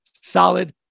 solid